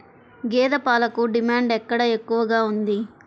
గేదె పాలకు డిమాండ్ ఎక్కడ ఎక్కువగా ఉంది?